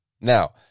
Now